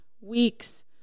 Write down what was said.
Weeks